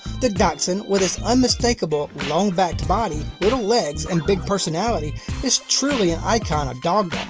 the dachshund with its unmistakable long-backed body, little legs, and big personality is truly an icon of dogdom.